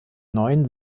neuen